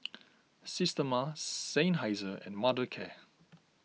Systema Seinheiser and Mothercare